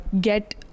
get